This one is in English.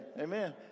amen